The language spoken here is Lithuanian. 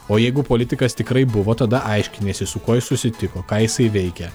o jeigu politikas tikrai buvo tada aiškiniesi su kuo jis susitiko ką jisai veikė